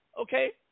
Okay